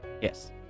Yes